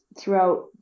throughout